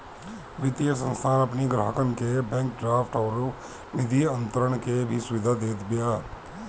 वित्तीय संस्थान अपनी ग्राहकन के बैंक ड्राफ्ट अउरी निधि अंतरण के भी सुविधा देत बिया